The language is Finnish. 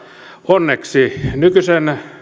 onneksi nykyisen